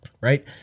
right